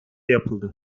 yapıldı